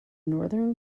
northern